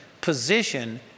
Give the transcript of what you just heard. position